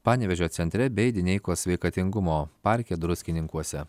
panevėžio centre bei dineikos sveikatingumo parke druskininkuose